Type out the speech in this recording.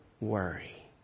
worry